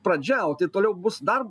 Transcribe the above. pradžia o tai toliau bus dar